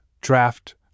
draft